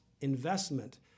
investment